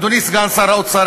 אדוני סגן שר האוצר,